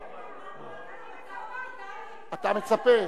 כן, אני מצפה, אתה מצפה?